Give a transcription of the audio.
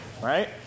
Right